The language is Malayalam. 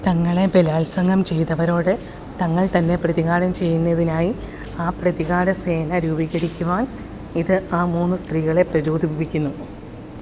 തങ്ങളെ ബലാത്സംഗം ചെയ്തവരോട് തങ്ങൾ തന്നെ പ്രതികാരം ചെയ്യുന്നതിനായി ആ പ്രതികാരസേന രൂപീകരിക്കുവാൻ ഇത് ആ മൂന്ന് സ്ത്രീകളെ പ്രചോദിപ്പിക്കുന്നു